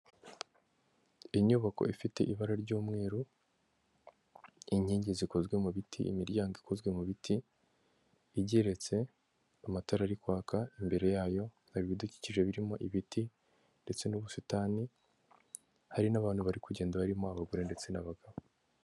Inyubako ifite ibara ry'umweru, inkingi zikozwe mu biti, imiryango ikozwe mu biti, igeretse, amatara ari kwaka, imbere yayo hari ibidukikije birimo ibiti ndetse n'ubusitani, hari n'abantu bari kugenda barimo abagore ndetse n'abagabo.